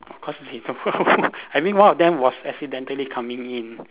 of course they don't know I mean one of them was accidentally coming in